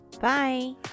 Bye